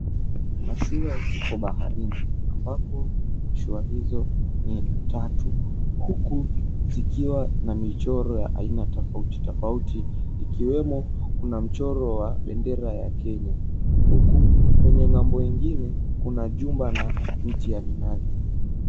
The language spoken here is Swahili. Mashua zipo baharini ambapo mashua hizo ni tatu huku zikiwa na michoro ya aina tofauti tofauti ikiwemo kuna mchoro wa bendera ya Kenya huku kwenye ng'ambo ingine kuna jumba na miti ya minazi.